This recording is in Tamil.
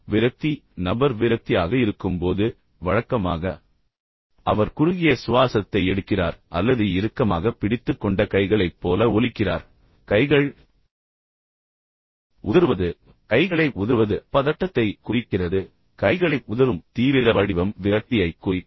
விரக்தி நபர் விரக்தியாக இருக்கும்போது வழக்கமாக அவர் குறுகிய சுவாசத்தை எடுக்கிறார் அல்லது இறுக்கமாக பிடித்துக் கொண்ட கைகளைப் போல ஒலிக்கிறார் கைகள் உதறுவது எனவே கைகளை உதறுவது பதட்டத்தைக் குறிக்கிறது ஆனால் கைகளை உதறும் தீவிர வடிவம் விரக்தியைக் குறிக்கும்